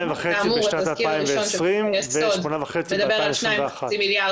התזכיר הראשון של חוק היסוד מדבר על 2.5 מיליארד